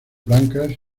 blancas